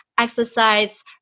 exercise